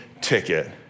ticket